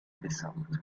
descente